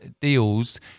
deals